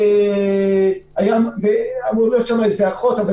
וגם האחות שאמורה להיות שם היא לא אחות